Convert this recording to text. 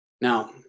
Now